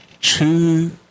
two